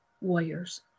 warriors